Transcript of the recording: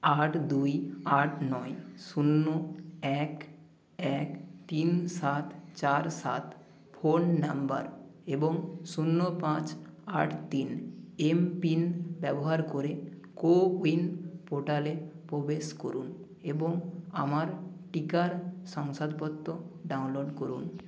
আট দুই আট নয় শূন্য এক এক তিন সাত চার সাত ফোন নম্বর এবং শূন্য পাঁচ আট তিন এম পিন ব্যবহার করে কোউইন পোর্টালে প্রবেশ করুন এবং আমার টিকার শংসাপত্র ডাউনলোড করুন